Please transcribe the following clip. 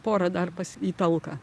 pora dar pas į talką